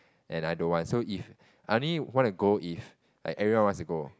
and I don't want if I only wanna go if like everyone wants to go